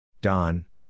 Don